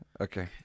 Okay